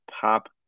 pop